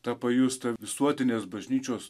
tą pajust tą visuotinės bažnyčios